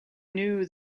knew